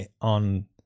on